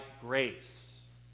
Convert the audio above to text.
grace